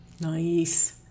nice